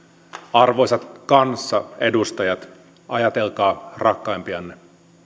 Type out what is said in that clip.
arvoisat kanssaedustajat ajatelkaa rakkaimpianne